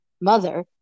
mother